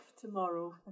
tomorrow